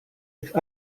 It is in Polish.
jak